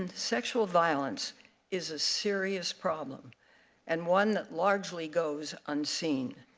and sexual violence is ah serious problem and one that largely goes unseen.